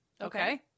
Okay